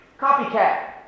copycat